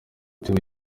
theo